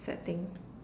sad thing